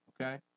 Okay